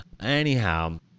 anyhow